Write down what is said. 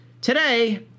Today